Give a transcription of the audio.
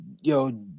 Yo